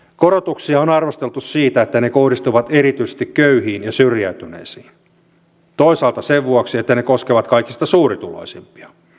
korotuksia on arvosteltu siitä että ne kohdistuvat erityisesti köyhiin ja syrjäytyneisiin toisaalta sen vuoksi että ne koskevat kaikista suurituloisimpia